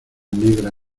negra